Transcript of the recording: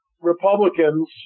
Republicans